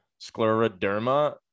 Scleroderma